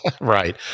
right